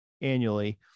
annually